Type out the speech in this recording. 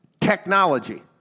technology